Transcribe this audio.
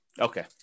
Okay